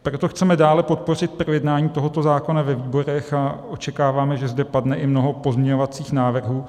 Proto chceme dále podpořit projednání tohoto zákona ve výborech a očekáváme, že zde padne i mnoho pozměňovacích návrhů.